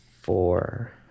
four